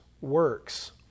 works